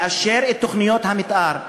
לאשר את תוכניות המתאר.